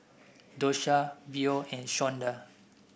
Dosha Beau and Shawnda